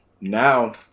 now